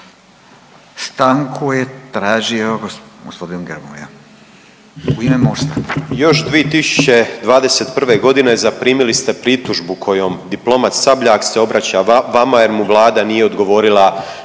Stanku je tražio gospodin Grmoja u ime MOST-a.